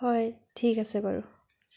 হয় ঠিক আছে বাৰু